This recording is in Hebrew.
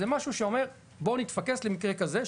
זה משהו שאומר בואו נתפקס למקרה כזה.